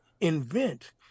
invent